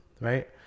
right